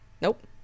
Nope